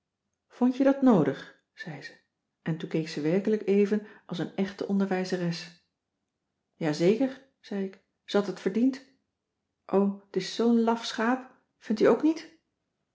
vond je dat noodig zei ze en toen keek ze werkelijk even als een echte onderwijzeres ja zeker zei ik ze had het verdiend o t is zoo'n laf schaap vindt u ook niet